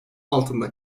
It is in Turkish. altında